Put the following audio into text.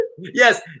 yes